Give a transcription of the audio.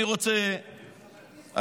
אני רוצה להגיד